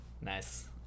Nice